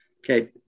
Okay